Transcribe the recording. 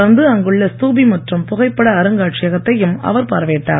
தொடர்ந்து அங்குள்ள ஸ்தூபி மற்றும் புகைப்பட அருங்காட்சியகத்தையும் அவர் பார்வையிட்டார்